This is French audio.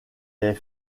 les